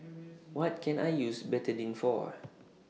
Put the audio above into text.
What Can I use Betadine For